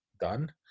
done